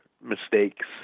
mistakes